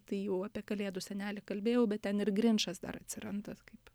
tai jau apie kalėdų senelį kalbėjau bet ten ir grinčas dar atsiranda kaip